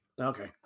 Okay